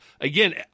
again